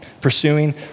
pursuing